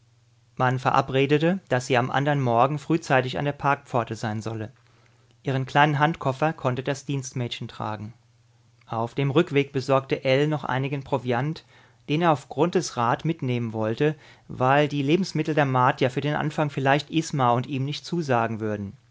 man verabredete daß sie am andern morgen frühzeitig an der parkpforte sein solle ihren kleinen handkoffer konnte das dienstmädchen tragen auf dem rückweg besorgte ell noch einigen proviant den er auf grunthes rat mitnehmen wollte weil die lebensmittel der martier für den anfang vielleicht isma und ihm nicht zusagen würden